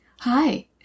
hi